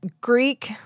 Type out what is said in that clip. Greek